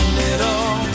little